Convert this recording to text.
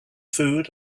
food